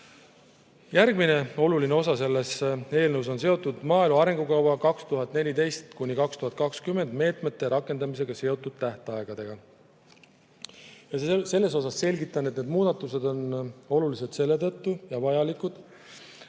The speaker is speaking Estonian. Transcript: oluline osa selles eelnõus on seotud maaelu arengukava 2014–2020 meetmete rakendamisega seotud tähtaegadega. Selle kohta selgitan, et need muudatused on olulised selle tõttu, et